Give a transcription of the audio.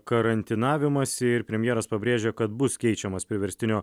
karantinavimasi ir premjeras pabrėžė kad bus keičiamas priverstinio